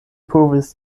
povis